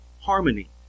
harmony